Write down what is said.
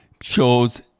shows